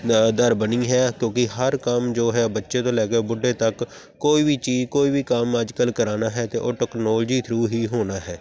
ਦਰ ਬਣੀ ਹੈ ਕਿਉਂਕਿ ਹਰ ਕੰਮ ਜੋ ਹੈ ਬੱਚੇ ਤੋਂ ਲੈ ਕੇ ਬੁੱਢੇ ਤੱਕ ਕੋਈ ਵੀ ਚੀਜ਼ ਕੋਈ ਵੀ ਕੰਮ ਅੱਜ ਕੱਲ੍ਹ ਕਰਾਉਣਾ ਹੈ ਤਾਂ ਉਹ ਟੈਕਨੋਲੋਜੀ ਥਰੂ ਹੀ ਹੋਣਾ ਹੈ